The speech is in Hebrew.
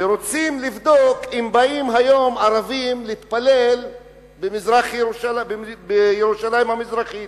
שרוצים לבדוק אם באים היום ערבים להתפלל בירושלים המזרחית.